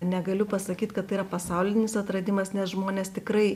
negaliu pasakyt kad tai yra pasaulinis atradimas nes žmonės tikrai